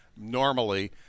normally